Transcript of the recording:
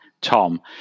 Tom